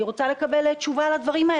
אני רוצה לקבל תשובה על הדברים.